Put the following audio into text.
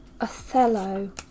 Othello